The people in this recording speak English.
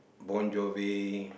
Bon Jovi